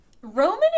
Roman